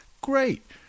Great